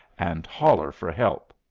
and holler for help.